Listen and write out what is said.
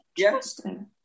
Interesting